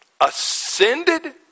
ascended